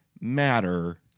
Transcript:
matter